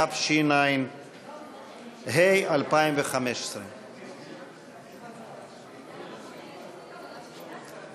התשע"ה 2015. כבוד היושב-ראש,